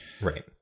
right